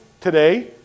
today